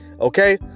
Okay